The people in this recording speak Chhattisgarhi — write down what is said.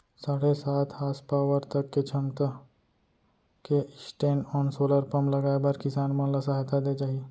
साढ़े सात हासपावर तक के छमता के स्टैंडओन सोलर पंप लगाए बर किसान मन ल सहायता दे जाही